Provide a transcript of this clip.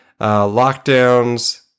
lockdowns